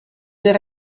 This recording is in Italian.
del